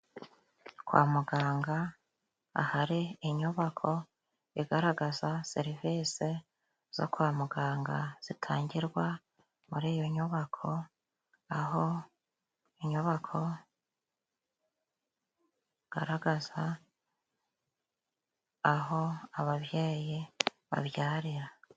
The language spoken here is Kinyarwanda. Kwamuganga, ahari inyubako igaragaza serivisi zo kwamuganga, zitangirwa muri iyo nyubako, aho inyubako igaragaza aho ababyeyi babyarira.